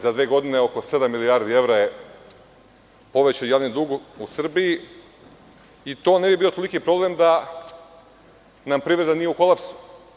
Za dve godine oko sedam milijardi evra je povećan javni dug u Srbiji i to ne bi bio toliki problem da nam privreda nije u kolapsu.